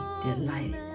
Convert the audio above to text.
delighted